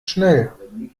schnell